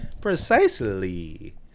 Precisely